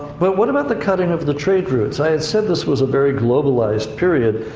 but what about the cutting of the trade routes? i and said this was a very globalized period.